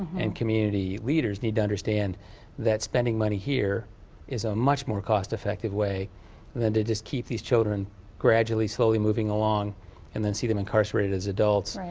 and community leaders need to understand that spending money here is a much more cost effective way than to just keep these children gradually slowly moving along and then see them incarcerated as adults.